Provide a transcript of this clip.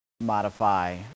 modify